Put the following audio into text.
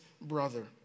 brother